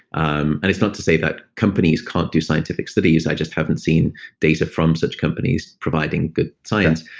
um and it's not to say that companies can't do scientific studies, i just haven't seen data from such companies providing good science.